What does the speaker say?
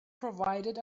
provided